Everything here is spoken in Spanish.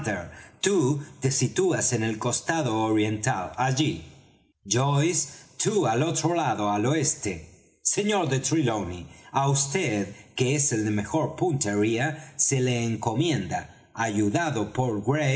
tú te sitúas en el costado oriental allí joyce tú al otro lado al oeste sr de trelawney á vd que es el de mejor puntería se le encomienda ayudado de